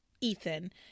ethan